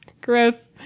Gross